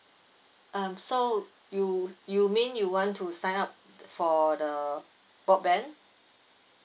um so you you mean you want to sign up for the broadband